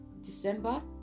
december